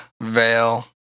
veil